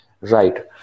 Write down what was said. Right